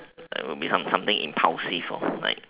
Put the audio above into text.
like will be some something impulsive lor like